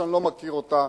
שאני לא מכיר אותה,